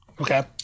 okay